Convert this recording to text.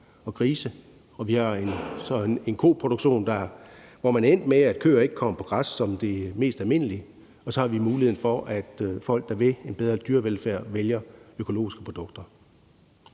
og grise. Vi har så en koproduktion, hvor man er endt med som det mest almindelige, at køer ikke kommer på græs, og så har vi muligheden for, at folk, der vil en bedre dyrevelfærd, vælger økologiske produkter.